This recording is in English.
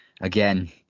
Again